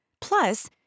Plus